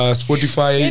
spotify